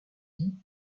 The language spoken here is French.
dis